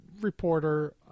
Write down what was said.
reporter